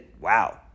wow